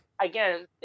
again